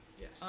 yes